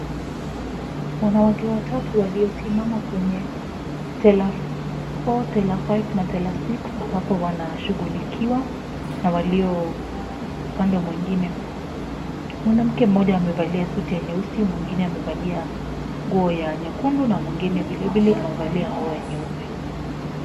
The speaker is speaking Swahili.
Wanawake watatu waliosimama kwenye teller four, teller five na teller six ambapo wanashughulikiwa na walio upande mwingine. Mwanamke mmoja amevalia suti ya nyeusi , mwingine amevalia nguo ya nyekundu na mwingine amevalia vilevile nguo ya nyeupe.